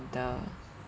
the